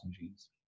genes